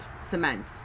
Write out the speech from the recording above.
cement